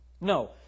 No